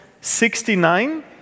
Sixty-nine